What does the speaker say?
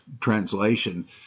translation